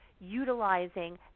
utilizing